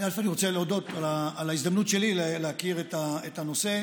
אני רוצה להודות על ההזדמנות שלי להכיר את הנושא.